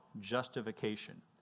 justification